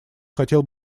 хотел